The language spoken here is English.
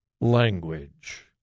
language